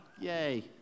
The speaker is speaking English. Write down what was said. yay